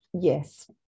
Yes